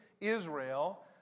Israel